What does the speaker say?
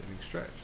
stretch